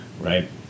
Right